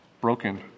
broken